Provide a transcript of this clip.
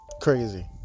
Crazy